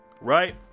Right